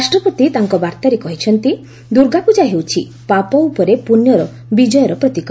ରାଷ୍ଟ୍ରପତି ତାଙ୍କ ବାର୍ତ୍ତାରେ କହିଛନ୍ତି ଦୁର୍ଗାପୂଜା ହେଉଛି ପାପ ଉପରେ ପୁଣ୍ୟର ବିଜୟର ପ୍ରତୀକ